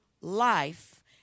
life